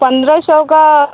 पंद्रह सौ का